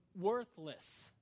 worthless